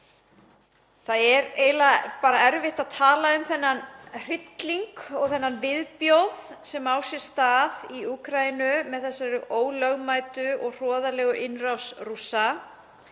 Það er eiginlega erfitt að tala um þennan hrylling og þennan viðbjóð sem á sér stað í Úkraínu með þessari ólögmætu og hroðalegu innrás Rússa.